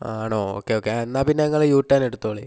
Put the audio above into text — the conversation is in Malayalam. ആണോ ഓക്കെ ഓക്കെ എന്നാൽ പിന്നെ നിങ്ങൾ യു ടേൺ എടുത്തോളി